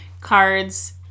cards